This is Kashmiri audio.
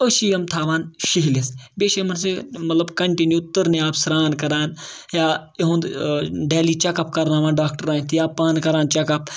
أسۍ چھِ یِم تھاوان شِہلِس بیٚیہِ چھِ یِمَن سۭتۍ مطلب کَنٹِنیوٗ تٕرنہِ آب سرٛان کَران یا یِہُنٛد ڈٮ۪لی چَکپ کَرناوان ڈاکٹَرن اَتھِ یا پانہٕ کَران چَکپ